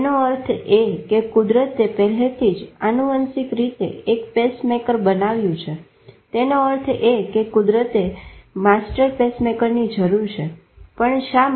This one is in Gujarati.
તેનો અર્થ એ કે કુદરતે પહેલેથી જ આનુવંશિક રીતે એક પેસમેકર બનાવ્યું છે તેનો અર્થ એ કે કુદરતને માસ્ટર પેસમેકરની જરૂર છે પણ શા માટે